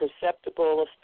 perceptible